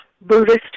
Buddhist